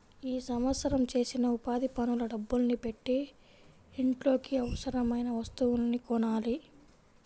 ఈ సంవత్సరం చేసిన ఉపాధి పనుల డబ్బుల్ని పెట్టి ఇంట్లోకి అవసరమయిన వస్తువుల్ని కొనాలి